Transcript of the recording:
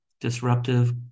disruptive